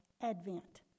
Advent